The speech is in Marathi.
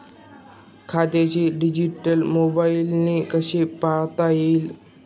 खात्याचे डिटेल्स मोबाईलने कसे पाहता येतील?